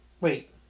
Wait